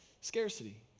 scarcity